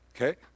Okay